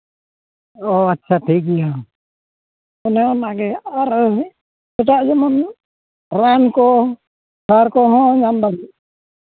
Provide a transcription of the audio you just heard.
ᱚ ᱟᱪᱪᱷᱟ ᱴᱷᱤᱠᱜᱮᱭᱟ ᱚᱱᱮ ᱚᱱᱟ ᱜᱮ ᱟᱨ ᱮᱴᱟᱜ ᱡᱮᱢᱚᱱ ᱨᱟᱱ ᱠᱚ ᱥᱟᱨ ᱠᱚᱦᱚᱸ ᱧᱟᱢ ᱫᱟᱲᱮᱭᱟᱜᱼᱟ